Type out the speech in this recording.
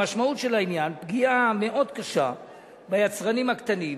המשמעות של העניין פגיעה מאוד קשה ביצרנים הקטנים,